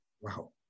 Wow